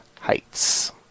Heights